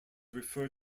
refer